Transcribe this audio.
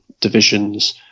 divisions